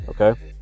okay